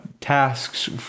tasks